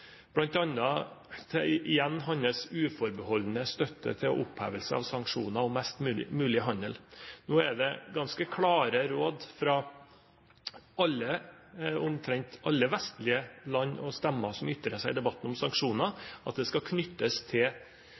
igjen hans uforbeholdne støtte til opphevelse av sanksjoner og mest mulig handel. Nå er det ganske klare råd fra omtrent alle vestlige land og stemmer som ytrer seg i debatten om sanksjoner, at det skal knyttes til